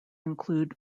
include